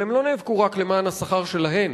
אבל הן לא נאבקו רק למען השכר שלהן,